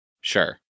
Sure